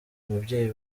mubyeyi